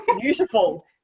beautiful